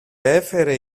έφερε